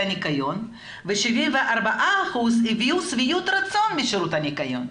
הניקיון ו-74 הביו שביעות רצון משירותי הניקיון.